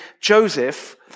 Joseph